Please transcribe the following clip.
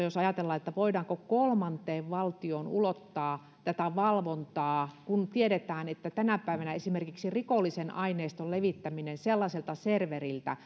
jos ajatellaan että voidaanko kolmanteen valtioon ulottaa tätä valvontaa kun tiedetään että tänä päivänä esimerkiksi rikollisen aineiston levittäminen sellaiselta serveriltä